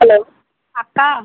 hello అక్క